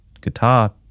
guitar